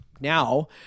now